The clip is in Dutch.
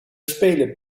spelen